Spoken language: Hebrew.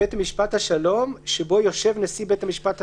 כתוב: "לבית המשפט השלום שבו יושב נשיא בית משפט השלום,